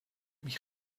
mich